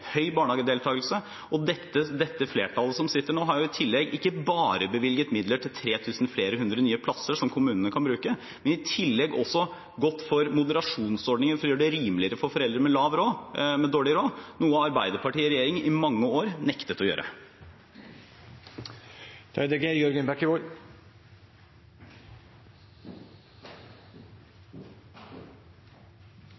flertallet som sitter nå, har i tillegg ikke bare bevilget midler til over 3 000 nye plasser som kommunene kan bruke, men også gått for inn moderasjonsordninger som gjør det rimeligere for foreldre med dårlig råd, noe Arbeiderpartiet-regjeringen i mange år nektet å gjøre.